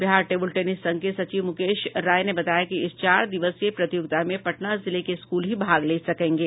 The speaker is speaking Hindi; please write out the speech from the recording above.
बिहार टेब्रल टेनिस संघ के सचिव मुकेश राय ने बताया कि इस चार दिवसीय प्रतियोगिता में पटना जिले के स्कूल ही भाग ले सकेंगे